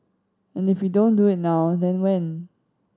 and if we don't do it now then when